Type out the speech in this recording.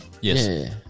Yes